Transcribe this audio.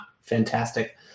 fantastic